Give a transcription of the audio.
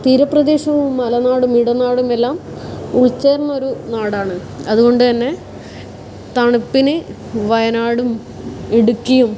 തീരപ്രദേശവും മലനാടും ഇടനാടും എല്ലാം ഉൾച്ചേർന്നൊരു നാടാണ് അതുകൊണ്ട് തന്നെ തണുപ്പിന് വയനാടും ഇടുക്കിയും